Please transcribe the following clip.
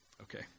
Okay